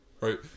right